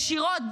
ישירות,